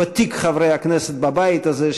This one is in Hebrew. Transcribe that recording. ותיק חברי הכנסת בבית הזה,